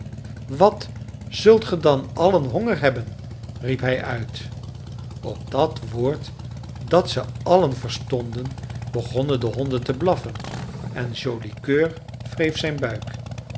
wat zult ge dan allen honger hebben riep hij uit op dat woord dat ze allen verstonden begonnen de honden te blaffen en joli coeur wreef zijn buik